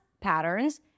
patterns